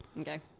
okay